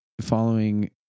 following